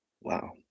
wow